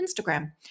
Instagram